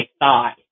thigh